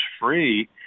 free